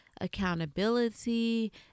accountability